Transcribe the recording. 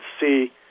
see